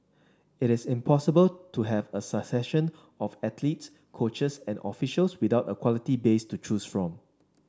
it is impossible to have a succession of athletes coaches and officials without a quality base to choose from